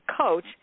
coach